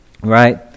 right